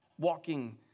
walking